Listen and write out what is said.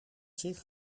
zich